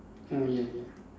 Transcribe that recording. oh ya ya